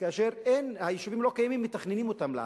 כאשר היישובים לא קיימים, מתכננים אותם לעתיד.